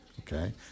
Okay